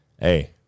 hey